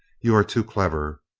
you are too clever.